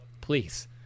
Please